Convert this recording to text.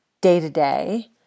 day-to-day